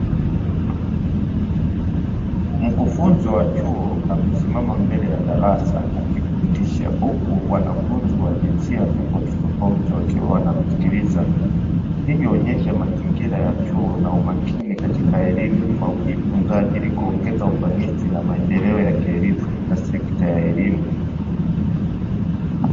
Mkufunzi wa chuo amesimama mbele ya darasa akifundisha , huku wanafunzi wa jinsia tofautitofauti wakiwa wanamsikiliza , hii huonyesha mazingira ya chuo na umakini katika elimu na ujifunzaji ili kuongeza ufanisi na maendeleo ya kielimu katika sekta ya elimu .